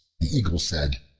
the eagle said,